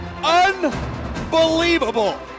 Unbelievable